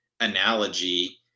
analogy